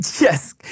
yes